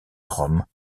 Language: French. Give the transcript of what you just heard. rome